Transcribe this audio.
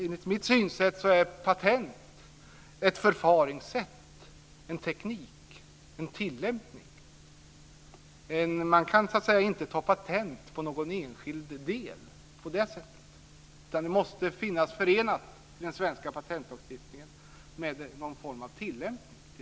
Enligt mitt synsätt är patent ett förfaringssätt, en teknik, en tillämpning. Man kan inte ta patent på någon enskild del på det sättet, utan den svenska patentlagstiftningen måste vara förenad med någon form av tillämpning av den.